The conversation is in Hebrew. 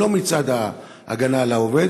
לא מצד ההגנה על העובד,